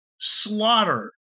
slaughter